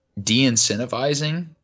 de-incentivizing